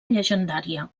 llegendària